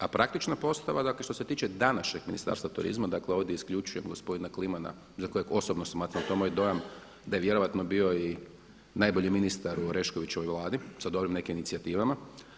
A praktična postava dakle što se tiče današnjeg Ministarstva turizma, dakle ovdje isključujem gospodina Klimana za kojeg osobno smatram, to je moj dojam da je vjerojatno bio i najbolji ministar u Oreškovićevoj Vladi, sad u ovim nekim inicijativama.